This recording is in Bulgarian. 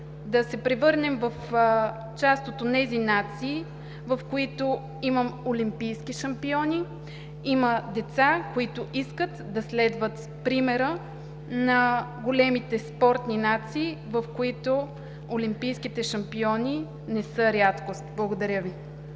да се превърнем в част от онези нации, в които има олимпийски шампиони, има деца, които искат да следват примера на големите спортни нации, в които олимпийските шампиони не са рядкост. Благодаря Ви.